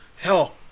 hell